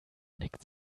nickt